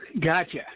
Gotcha